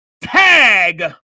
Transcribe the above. tag